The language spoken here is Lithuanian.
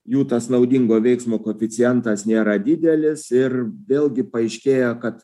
jų tas naudingo veiksmo koeficientas nėra didelis ir vėlgi paaiškėja kad